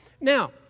Now